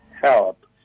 help